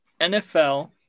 NFL